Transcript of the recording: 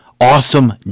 awesome